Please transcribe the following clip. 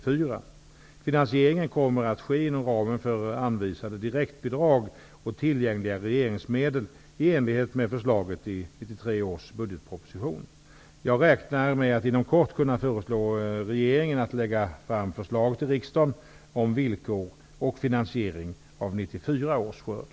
Finansieringen kommer att ske inom ramen för anvisade direktbidrag och tillgängliga regleringsmedel i enlighet med förslaget i 1993 års budgetproposition. Jag räknar med att inom kort kunna föreslå regeringen att lägga fram förslag till riksdagen om villkor för och finansiering av 1994